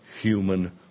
human